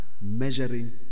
measuring